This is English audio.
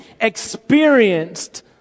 experienced